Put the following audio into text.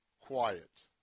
quiet